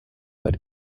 but